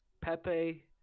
Pepe